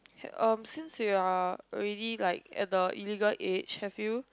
had um since you're already like at the legal age have you